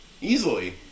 Easily